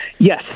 Yes